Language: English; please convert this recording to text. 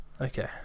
Okay